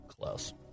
close